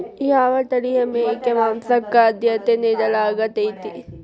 ಯಾವ ತಳಿಯ ಮೇಕೆ ಮಾಂಸಕ್ಕ, ಆದ್ಯತೆ ನೇಡಲಾಗತೈತ್ರಿ?